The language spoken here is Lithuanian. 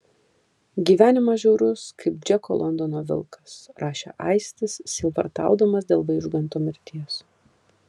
gyvenimas žiaurus kaip džeko londono vilkas rašė aistis sielvartaudamas dėl vaižganto mirties